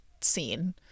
scene